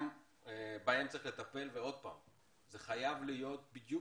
גם בהם צריך לטפל וזה חייב להיות בדיוק